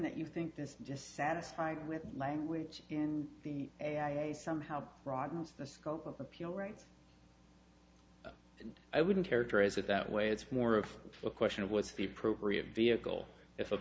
that you think this just satisfied with the language in the a i a somehow broadens the scope of appeal right and i wouldn't characterize it that way it's more of a question of what's the appropriate vehicle if